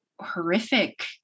horrific